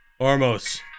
armos